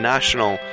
National